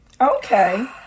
Okay